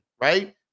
right